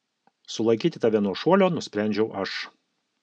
sulaikyti tave nuo šuolio nusprendžiau aš